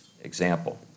example